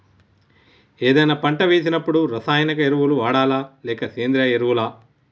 ఏదైనా పంట వేసినప్పుడు రసాయనిక ఎరువులు వాడాలా? లేక సేంద్రీయ ఎరవులా?